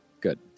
Good